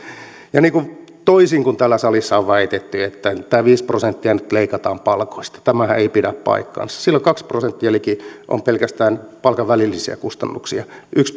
ja toisin kuin täällä salissa on väitetty että tämä viisi prosenttia nyt leikataan palkoista niin tämähän ei pidä paikkaansa sillä liki kaksi prosenttia on pelkästään palkan välillisiä kustannuksia yksi